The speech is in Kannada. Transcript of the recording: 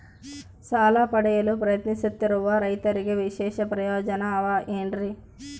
ಸಾಲ ಪಡೆಯಲು ಪ್ರಯತ್ನಿಸುತ್ತಿರುವ ರೈತರಿಗೆ ವಿಶೇಷ ಪ್ರಯೋಜನ ಅವ ಏನ್ರಿ?